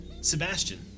Sebastian